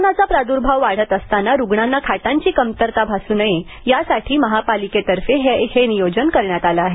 कोरोनाचा प्राद्र्भाव वाढत असताना रुग्णांना खाटांची कमतरता भासू नये यासाठी महापालिकेतर्फे हे नियोजन करण्यात आले आहे